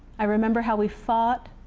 i remember how we fought,